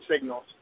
signals